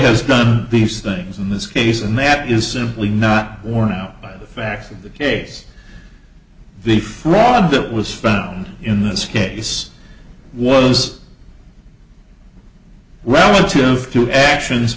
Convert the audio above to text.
has done these things in this case and that is simply not borne out by the facts of the case the fraud that was found in this case was relative to actions